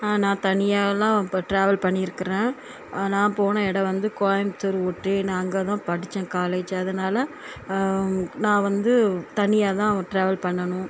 நான் தனியாயெல்லாம் இப்போ ட்ராவல் பண்ணி இருக்கிறேன் நான் போன இடம் வந்து கோயம்புத்தூர் ஊட்டி நான் அங்கே தான் படித்தேன் காலேஜி அதனால் நான் வந்து தனியாக தான் ட்ராவல் பண்ணணும்